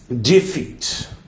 Defeat